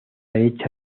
hecha